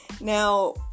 Now